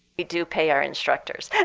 we do pay our instructors.